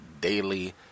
daily